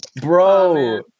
Bro